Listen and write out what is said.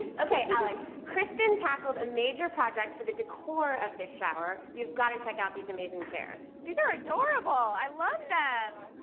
okay, alex. kristen tackled a major project for the decor of this shower. you've got to check out these amazing chairs. these are adorable! i love them!